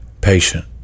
patient